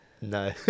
No